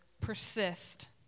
persist